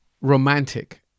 romantic